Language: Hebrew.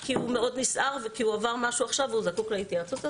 כי הוא מאוד נסער וכי הוא עבר משהו עכשיו והוא זקוק להתייעצות.